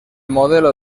modelo